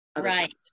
Right